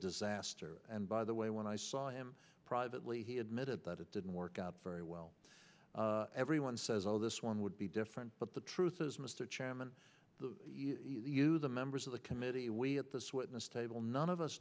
disaster and by the way when i saw him privately he admitted that it didn't work out very well everyone says oh this one would be different but the truth is mr chairman you the members of the committee away at this witness table none of us